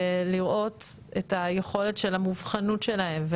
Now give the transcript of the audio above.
ולראות את היכולת של המובחנות שלהם,